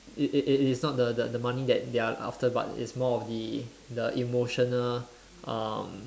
it it it is not the the the money that they are after but it's more of the the emotional um